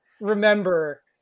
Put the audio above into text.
remember